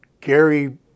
Gary